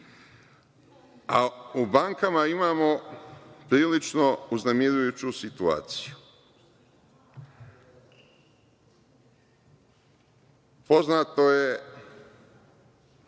bankama imamo prilično uznemirujuću situaciju. Poznato je